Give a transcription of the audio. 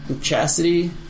Chastity